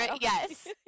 Yes